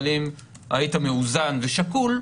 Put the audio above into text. אבל אם היית מאוזן ושקול,